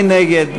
מי נגד?